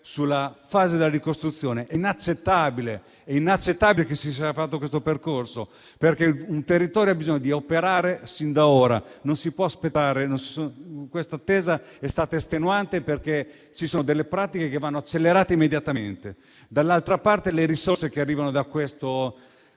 ben sessanta giorni. È inaccettabile che si sia fatto questo percorso, perché il territorio ha bisogno che si operi con immediatezza, non si può aspettare; questa attesa è stata estenuante perché ci sono pratiche che vanno accelerate immediatamente. D'altra parte, le risorse che arrivano da questo